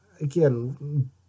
again